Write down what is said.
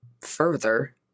further